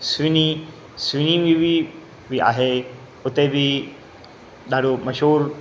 सुहिणी सुहिणी बि आहे उते बि ॾाढो मशहूरु